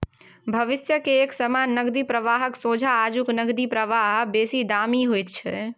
भविष्य के एक समान नकदी प्रवाहक सोंझा आजुक नकदी प्रवाह बेसी दामी होइत छै